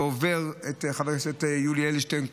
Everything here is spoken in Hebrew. ועובר את חבר הכנסת יולי אדלשטיין.